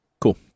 cool